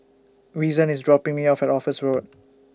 Reason IS dropping Me off At Office Road